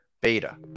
Beta